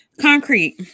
Concrete